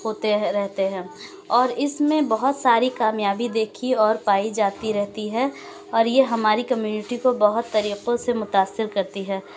ہوتے ہیں رہتے ہیں اور اس میں بہت ساری کامیابی دیکھی اور پائی جاتی رہتی ہے اور یہ ہماری کمیونٹی کو بہت طریقوں سے متاثر کرتی ہے